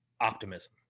optimism